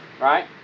right